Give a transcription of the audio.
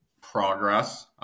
progress